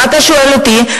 מה אתה שואל אותי?